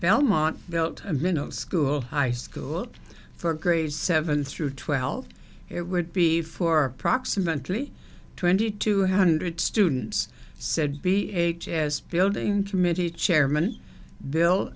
belmont built a minute school high school for grades seven through twelve it would be four proximately twenty two hundred students said be a jazz building committee chairman bill